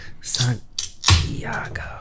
Santiago